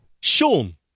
Sean